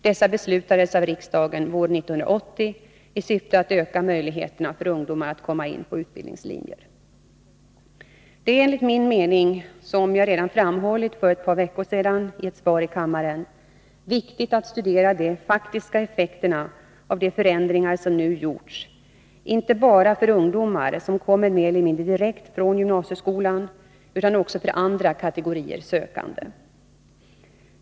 Dessa beslutades av riksdagen våren 1980 i syfte att öka möjligheterna för ungdomar att komma in på utbildningslinjer. Det är enligt min mening — som jag redan framhållit för ett par veckor sedan i ett svar i kammaren -— viktigt att studera de faktiska effekterna av de förändringar som nu gjorts, inte bara för ungdomar som kommer mer eller mindre direkt från gymnasieskolan utan också för andra kategorier sökande.